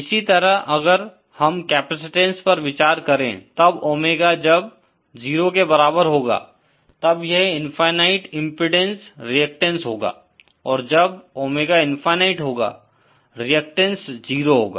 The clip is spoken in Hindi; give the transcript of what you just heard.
इसी तरह अगर हम कैपैसिटंस पर विचार करे तब ओमेगा जब 0 के बराबर होगा तब यह इनफ़ायनाईट इम्पीडेन्स रेअक्टैंस होगा और जब ओमेगा इनफ़ायनाईट होगा रेअक्टैंस 0 होगा